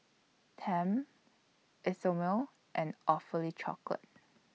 Tempt Isomil and Awfully Chocolate